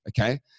okay